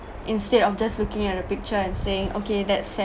instead of just looking at the picture and saying okay that's sad